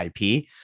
IP